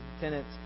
tenants